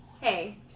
hey